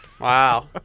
wow